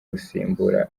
gusimbura